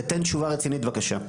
ותן תשובה רצינית בבקשה.